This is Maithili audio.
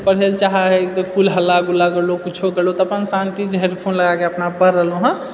पढ़ै लऽ चाहैत हुए तऽ फूल हल्ला गुल्ला करलहुँ किछु करलहुँ तऽ अपन शान्तिसँ हेडफोन लगाके अपना पढ़ रहलहुँ हँ